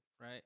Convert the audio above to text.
right